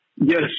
Yes